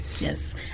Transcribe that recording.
Yes